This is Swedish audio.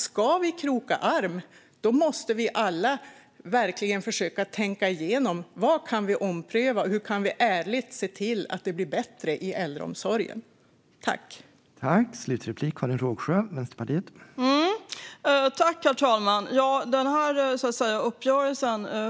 Ska vi kroka arm tror jag att vi alla verkligen måste försöka tänka igenom vad vi kan ompröva och hur vi ärligt kan se till att det blir bättre i äldreomsorgen, herr talman.